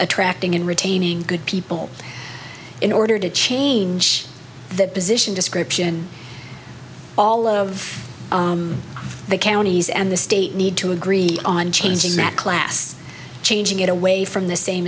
attracting and retaining good people in order to change the position description all of the counties and the state need to agree on changing that class changing it away from the same